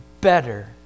better